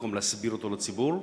במקום להסביר אותו לציבור,